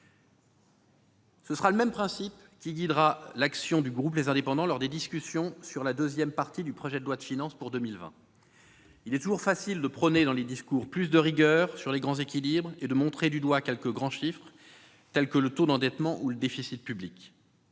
liberté. Le même principe guidera l'action du groupe Les Indépendants lors des discussions sur la deuxième partie du projet de loi de finances pour 2020. Il est toujours facile de prôner dans le discours plus de rigueur sur les grands équilibres et de montrer du doigt quelques grands chiffres, tels que le taux d'endettement ou le déficit public.